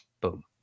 boom